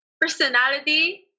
personality